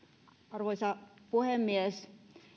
arvoisa puhemies